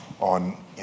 on